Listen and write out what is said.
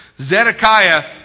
Zedekiah